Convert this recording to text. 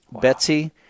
Betsy